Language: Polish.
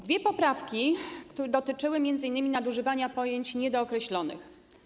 Dwie poprawki dotyczyły m.in. nadużywania pojęć niedookreślonych.